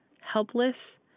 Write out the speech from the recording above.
helpless